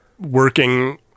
working